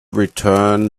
return